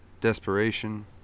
Desperation